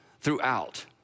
throughout